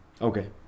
Okay